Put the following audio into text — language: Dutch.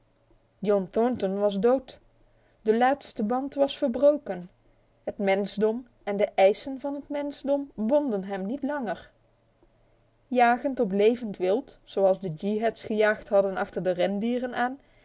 john thornton was dood de laatste band was verbroken het mensdom en de eisen van het mensdom bonden hem niet langer jagend op levend wild zoals de yeehats gejaagd hadden achter de rendieren aan